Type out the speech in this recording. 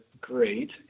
great